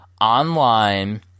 online